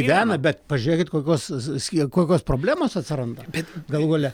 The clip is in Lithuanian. gyvena bet pažiūrėkit kokios ss kokios problemos atsiranda galų gale